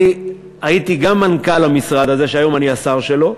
הייתי גם מנכ"ל המשרד הזה, שהיום אני השר שלו,